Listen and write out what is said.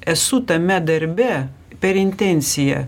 esu tame darbe per intenciją